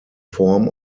form